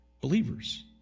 believers